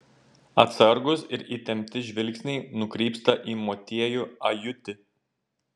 atsargūs ir įtempti žvilgsniai nukrypsta į motiejų ajutį